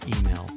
email